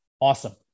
awesome